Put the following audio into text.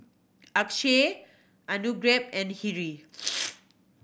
Akshay and Hri